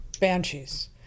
Banshees